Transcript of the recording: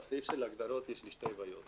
בסעיף של ההגדרות יש לי שתי בעיות.